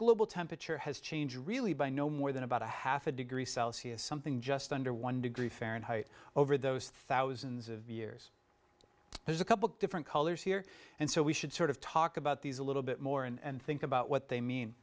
global temperature has change really by no more than about a half a degree celsius something just under one degree fahrenheit over those thousands of years there's a couple different colors here and so we should sort of talk about these a little bit more and think about what they mean